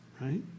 right